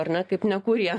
ar ne kaip nekurie